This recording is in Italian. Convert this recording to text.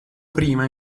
prima